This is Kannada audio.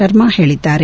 ಶರ್ಮಾ ಹೇಳಿದ್ದಾರೆ